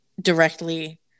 directly